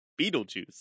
Beetlejuice